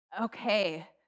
Okay